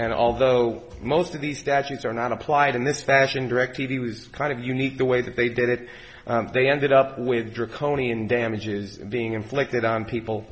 and although most of these statutes are not applied in this fashion directv was kind of unique the way that they did it they ended up with draconian damages being inflicted on people